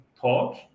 thought